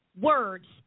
words